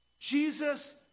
Jesus